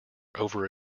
over